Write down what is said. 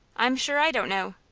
i'm sure i don't know.